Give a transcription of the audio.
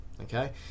Okay